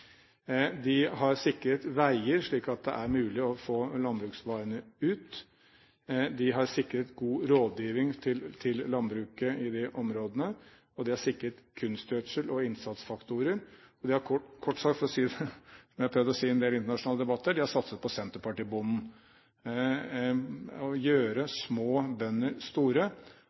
De har sikret veier, slik at det er mulig å få landbruksvarene ut. De har sikret god rådgivning til landbruket i disse områdene, og de har sikret kunstgjødsel og innsatsfaktorer. De har kort sagt, som jeg har prøvd å si i en del internasjonale debatter, satset på senterpartibonden: å gjøre små bønder store.